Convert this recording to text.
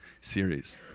series